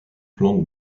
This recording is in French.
plantes